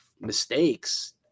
mistakes